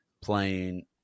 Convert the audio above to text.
playing